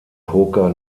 poker